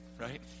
right